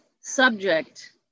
subject